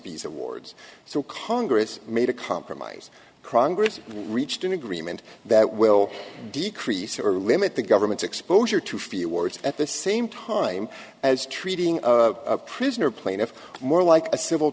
fees awards so congress made a compromise krongard reached an agreement that will decrease or limit the government's exposure to few words at the same time as treating a prisoner plaintiff more like a civil